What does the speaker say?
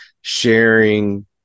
sharing